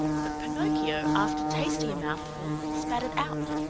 but pinocchio, after tasting a mouthful, spat it out.